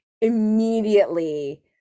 immediately